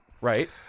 right